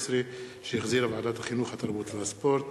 2012, שהחזירה ועדת החינוך, התרבות והספורט,